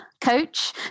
coach